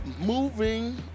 moving